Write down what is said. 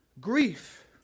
grief